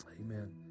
Amen